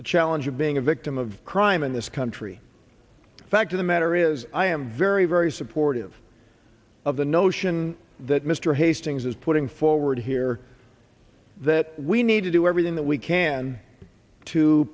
the challenge of being a victim of crime in this country the fact of the matter is i am very very supportive of the notion that mr hastings is putting forward here that we need to do everything that we can to